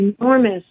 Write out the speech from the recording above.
enormous